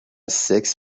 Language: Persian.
سکس